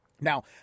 Now